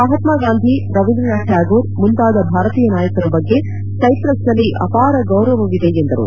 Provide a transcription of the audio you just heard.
ಮಹಾತ್ಮಾಗಾಂಧಿ ರವೀಂದ್ರನಾಥ ಠಕೂರ್ ಮುಂತಾದ ಭಾರತೀಯ ನಾಯಕರ ಬಗ್ಗೆ ಸೈಪ್ರಸ್ನಲ್ಲಿ ಅಪಾರ ಗೌರವವಿದೆ ಎಂದರು